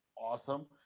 awesome